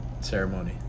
Ceremony